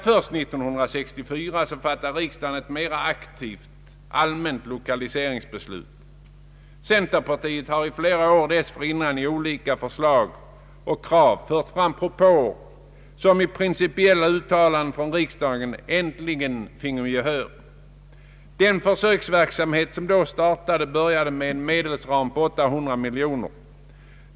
Först 1964 fattade riksdagen ett mera aktivt lokaliseringsbeslut. Dessförinnan hade centerpartiet i flera år fört fram propåer i form av krav och förslag. Den försöksverksamhet som sedan startade fick en medelsram på 800 miljoner kronor.